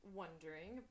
wondering